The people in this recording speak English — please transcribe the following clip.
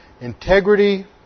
integrity